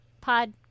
pod